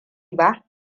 ba